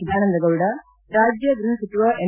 ಸದಾನಂದ ಗೌಡ ರಾಜ್ಯ ಗೃಹ ಸಚಿವ ಎಂ